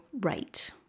rate